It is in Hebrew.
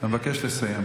שש, חמש, אבקש לסיים.